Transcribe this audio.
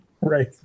right